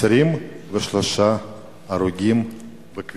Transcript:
23 הרוגים בכבישים.